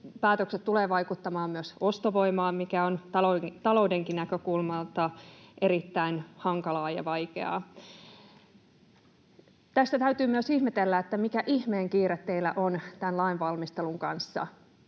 päätöksenne tulevat vaikuttamaan myös ostovoimaan, mikä on taloudenkin näkökulmasta erittäin hankalaa ja vaikeaa. Tässä täytyy myös ihmetellä, mikä ihmeen kiire teillä on tämän lainvalmistelun kanssa.